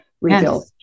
rebuild